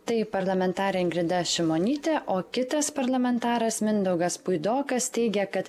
tai parlamentarė ingrida šimonytė o kitas parlamentaras mindaugas puidokas teigia kad